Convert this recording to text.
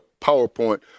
powerpoint